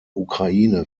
ukraine